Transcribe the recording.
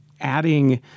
adding –